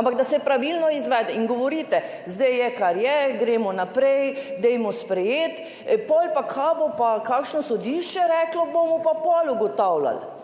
ampak da se pravilno izvede. In govorite, zdaj je kar je, gremo naprej, dajmo sprejeti, pol pa, kaj bo pa kakšno sodišče reklo bomo pa pol ugotavljali